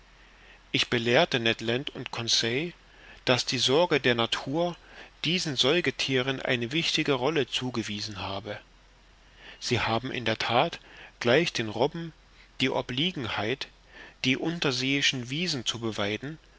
ich belehrte ned land und conseil daß die sorge der natur diesen säugethieren eine wichtige rolle zugewiesen habe sie haben in der that gleich den robben die obliegenheit die unterseeischen wiesen zu